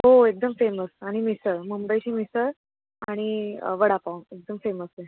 हो एकदम फेमस आणि मिसळ मुंबईची मिसळ आणि वडापाव एकदम फेमस आहे